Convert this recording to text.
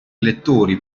elettori